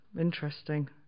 Interesting